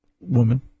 woman